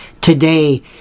today